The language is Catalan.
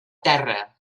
terra